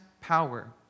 power